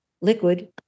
liquid